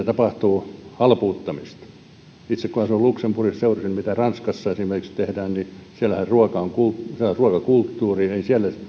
tapahtuu halpuuttamista kun itse asuin luxemburgissa seurasin mitä esimerkiksi ranskassa tehdään siellähän ruoka on kulttuuria on ruokakulttuuri ei siellä